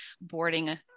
boarding